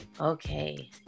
Okay